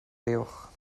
fuwch